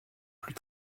plus